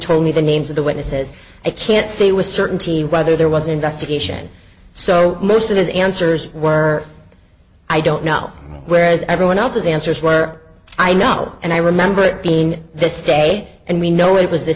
told me the names of the witnesses i can't say with certainty whether there was an investigation so most of his answers were i don't know whereas everyone else has answers where i know and i remember it being this day and we know it was